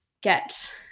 get